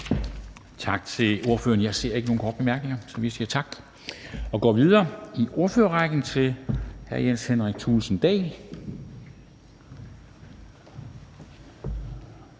Tak til ordføreren. Jeg ser ikke, at der er nogen korte bemærkninger. Så vi siger tak og går videre i ordførerrækken til hr. Jens Henrik Thulesen Dahl,